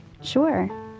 Sure